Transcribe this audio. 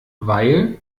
weil